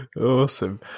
Awesome